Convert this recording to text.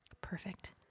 Perfect